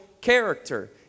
character